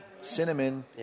cinnamon